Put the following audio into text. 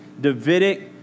Davidic